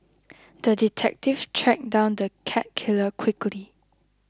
the detective tracked down the cat killer quickly